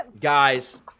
Guys